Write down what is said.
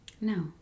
No